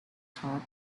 thought